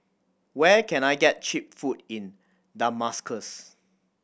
where can I get cheap food in Damascus